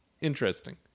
Interesting